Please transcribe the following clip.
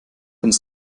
ins